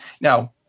Now